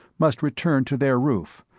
must return to their roof,